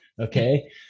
okay